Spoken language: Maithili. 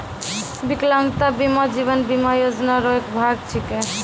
बिकलांगता बीमा जीवन बीमा योजना रो एक भाग छिकै